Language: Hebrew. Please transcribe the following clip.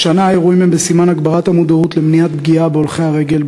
השנה האירועים הם בסימן הגברת המודעות למניעת פגיעה בהולכי הרגל,